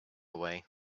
away